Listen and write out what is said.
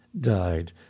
died